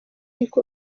ariko